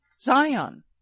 Zion